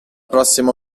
prossimo